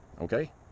Okay